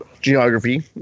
Geography